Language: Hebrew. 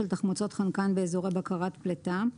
על